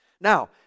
Now